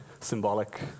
symbolic